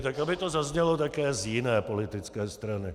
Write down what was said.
Tak aby to zaznělo také z jiné politické strany.